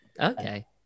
Okay